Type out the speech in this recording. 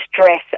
stress